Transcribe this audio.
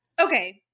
okay